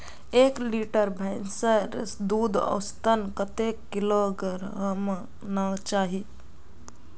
एक लीटर भैंसेर दूध औसतन कतेक किलोग्होराम ना चही?